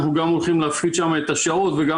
אנחנו גם הולכים להפחית שם את השהות וגם